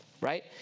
right